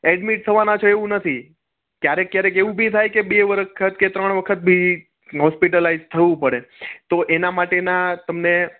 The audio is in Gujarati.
એડમિટ થવાના છો એવું નથી ક્યારેક ક્યારેક એવું બી થાય કે બે વખત કે ત્રણ વખત બી હોસ્પિટલાઇસ થવું પડે તો એના માટેના તમને